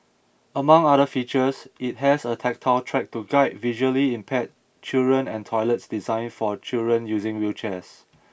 among other features it has a tactile track to guide visually impaired children and toilets designed for children using wheelchairs